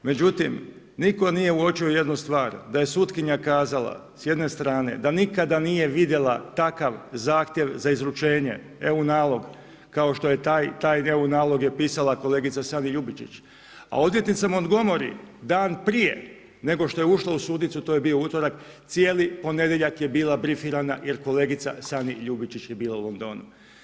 Međutim, nitko nije uočio jednu stvar, da je sutkinja kazala s jedne strane, da nikada nije vidjela takav zahtjev za izručenje, EU nalog kao što je taj EU nalog je pisala kolegica Sani Ljubičić, a odvjetnica Montgomery, dan prije nego što je ušla u sudnicu, to je bio utorak, cijeli ponedjeljak je bila brifirana jer kolegica Sani Ljubičić je bila u Londonu.